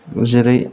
जेरै